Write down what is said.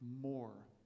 more